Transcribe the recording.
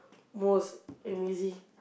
most amazing